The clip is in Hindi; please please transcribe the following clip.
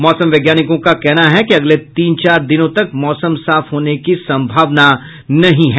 मौसम वैज्ञानिकों का कहना है कि अगले तीन चार दिनों तक मौसम साफ होने की सम्भावना नहीं है